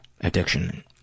addiction